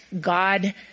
God